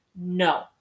No